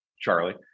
Charlie